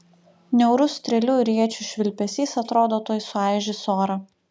niaurus strėlių ir iečių švilpesys atrodo tuoj suaižys orą